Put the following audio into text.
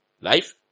Life